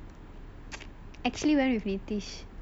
actually went with nitish